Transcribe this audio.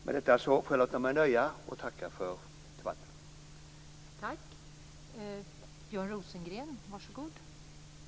Med detta får jag låta mig nöja, och tackar för debatten.